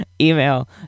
email